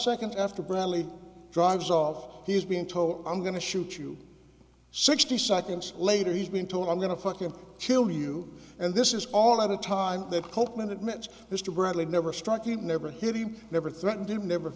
seconds after bradley drives off he's being told i'm going to shoot you sixty seconds later he's been told i'm going to fucking kill you and this is all at a time that copeland admits mr bradley never struck him never hit him never threatened him never